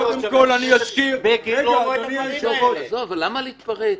קודם כל, אני אזכיר --- למה להתפרץ?